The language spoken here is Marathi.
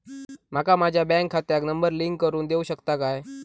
माका माझ्या बँक खात्याक नंबर लिंक करून देऊ शकता काय?